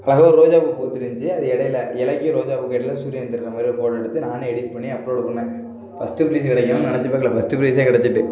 அழகா ஒரு ரோஜாப்பூ பூத்திருந்திச்சு அது இடையில இலைக்கும் ரோஜாப்பூவுக்கும் இடையில சூரியன் தெரிகிற மாதிரி ஒரு ஃபோட்டோ எடுத்து நானே எடிட் பண்ணி அப்லோடு பண்ணேன் ஃபஸ்ட்டு ஃப்ரைஸு கிடைக்குன்னு நினச்சுப் பார்க்கல ஃபஸ்ட்டு ஃப்ரைஸே கிடச்சிட்டு